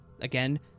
Again